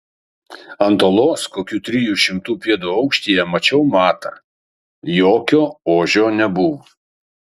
ant uolos kokių trijų šimtų pėdų aukštyje mačiau matą jokio ožio nebuvo